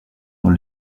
dans